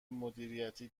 مدیریتی